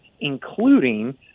including